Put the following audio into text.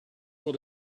what